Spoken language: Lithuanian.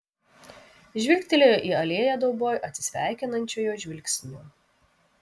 žvilgtelėjo į alėją dauboj atsisveikinančiojo žvilgsniu